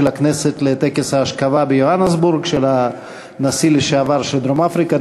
הכנסת ליוהנסבורג לטקס האשכבה של הנשיא לשעבר של דרום-אפריקה,